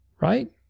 right